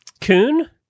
Coon